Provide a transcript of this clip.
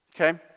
okay